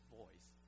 voice